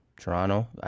Toronto